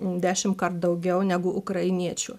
dešimtkart daugiau negu ukrainiečių